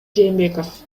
жээнбеков